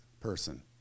person